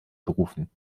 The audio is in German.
berufen